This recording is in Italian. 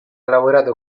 lavorato